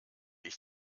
ich